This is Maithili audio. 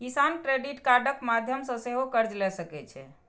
किसान क्रेडिट कार्डक माध्यम सं सेहो कर्ज लए सकै छै